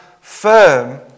firm